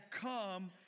come